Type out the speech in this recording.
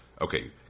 okay